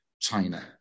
China